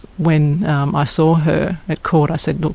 when um i saw her at court, i said,